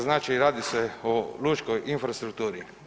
Znači radi se o lučkoj infrastrukturi.